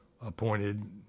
appointed